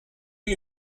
lui